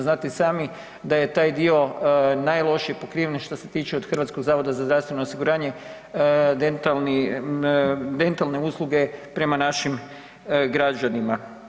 Znate i sami da je taj dio najlošije pokriven što se tiče od HZZO-a dentalne usluge prema našim građanima.